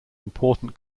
important